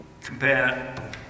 compare